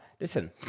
Listen